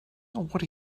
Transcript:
what